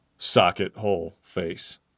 Socket-hole-face